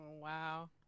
wow